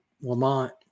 Lamont